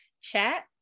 Chat